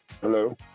Hello